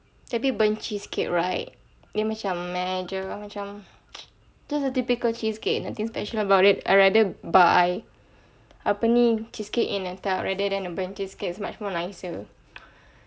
tapi burnt cheesecake right dia macam meh jer macam just a typical cheesecake nothing special about it I'll rather buy apa ni cheesecake in a tub rather than burnt cheesecake it's much more nicer